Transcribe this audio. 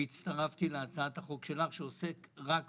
והצטרפתי להצעת החוק שלך שעוסקת רק בבריאות.